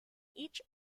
each